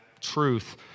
truth